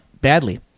badly